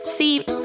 See